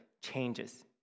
changes